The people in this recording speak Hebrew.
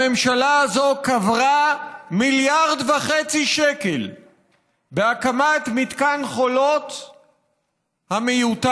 הממשלה הזאת קברה 1.5 מיליארד שקל בהקמת מתקן חולות המיותר,